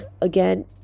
again